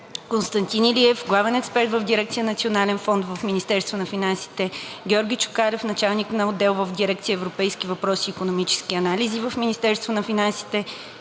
Константин Илиев – главен експерт в дирекция „Национален фонд“ в Министерството на финансите, Георги Чукалев – началник на отдел в дирекция „Европейски въпроси и икономически анализи“ в Министерството на финансите,